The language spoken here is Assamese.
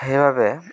সেইবাবে